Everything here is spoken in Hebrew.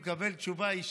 הוא יקבל תשובה אישית,